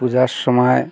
পূজার সময়